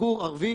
בחור ערבי